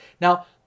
now